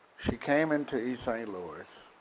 she came into east st. louis,